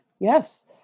yes